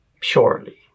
purely